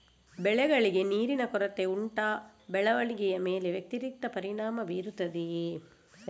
ಬೆಳೆಗಳಿಗೆ ನೀರಿನ ಕೊರತೆ ಉಂಟಾ ಬೆಳವಣಿಗೆಯ ಮೇಲೆ ವ್ಯತಿರಿಕ್ತ ಪರಿಣಾಮಬೀರುತ್ತದೆಯೇ?